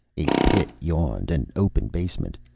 a pit yawned, an open basement.